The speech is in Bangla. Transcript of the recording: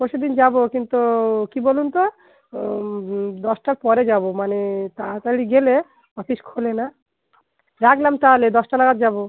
পরশু দিন যাবো কিন্তু কী বলুন তো দশটার পরে যাবো মানে তাড়াতাড়ি গেলে অফিস খোলে না রাখলাম তাহলে দশটা নাগাদ যাবো